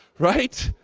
right?